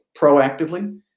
proactively